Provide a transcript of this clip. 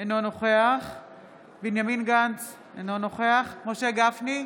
אינו נוכח בנימין גנץ, אינו נוכח משה גפני,